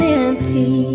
empty